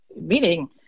Meaning